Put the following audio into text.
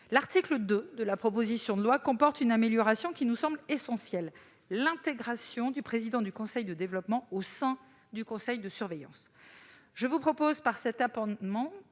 L'article 2 de la proposition de loi comporte une amélioration qui nous semble essentielle, à savoir l'intégration du président du conseil de développement au sein du conseil de surveillance. Je propose, par cet amendement,